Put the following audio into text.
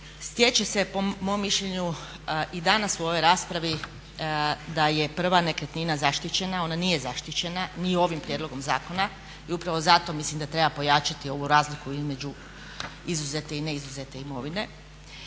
Stječe se po mom mišljenju i danas u ovoj raspravi da je prva nekretnina zaštićena. Ona nije zaštićena ni ovim prijedlogom zakona i upravo zato mislim da treba pojačati ovu razliku između izuzete i neizuzete imovine